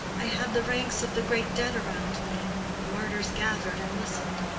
i had the ranks of the great dead around me the martyrs gathered and listened.